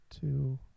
two